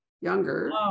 younger